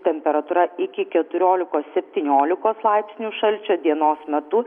temperatūra iki keturiolikos septyniolikos laipsnių šalčio dienos metu